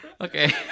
Okay